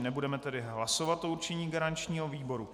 Nebudeme tedy hlasovat o určení garančního výboru.